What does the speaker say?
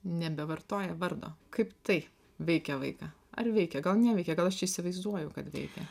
nebevartoja vardo kaip tai veikia vaiką ar veikia gal neveikia gal aš čia įsivaizduoju kad veikia